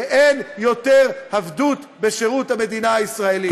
ואין יותר עבדות בשירות המדינה הישראלי.